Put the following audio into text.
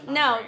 no